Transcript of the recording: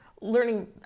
learning